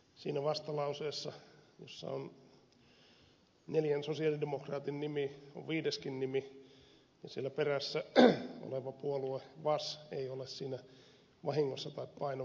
siinä vastalauseessa jossa on neljän sosialidemokraatin nimi on viideskin nimi ja siellä perässä oleva puolue vas ei ole siinä vahingossa tai painovirheenä